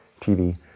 TV